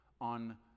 on